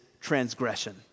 transgression